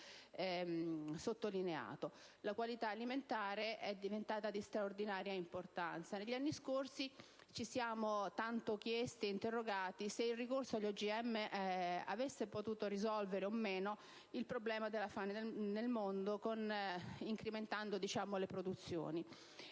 La qualità alimentare è diventata di straordinaria importanza. Negli anni scorsi molto spesso ci siamo chiesti se il ricorso agli OGM potesse risolvere o meno il problema della fame nel mondo incrementando le produzioni.